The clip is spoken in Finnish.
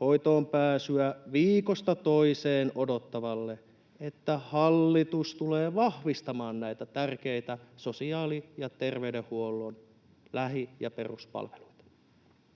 hoitoonpääsyä viikosta toiseen odottavalle, että hallitus tulee vahvistamaan näitä tärkeitä sosiaali- ja terveydenhuollon lähi- ja peruspalveluita?